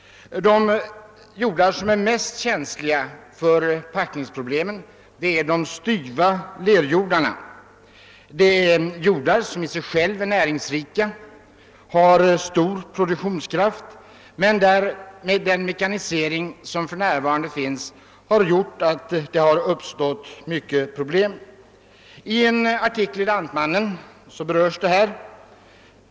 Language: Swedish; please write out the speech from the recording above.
De jordar som är mest känsliga för packningsproblemen är de: styva lerjordarna. Det är jordar som i sig själva är näringsrika och har stor produktionskraft men beträffande vilka det uppstår många problem på grund av den mekanisering som för närvarande sker. I en artikel i Lantmannen berörs detta.